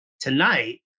tonight